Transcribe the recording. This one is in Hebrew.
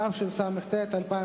התשס"ט 2009,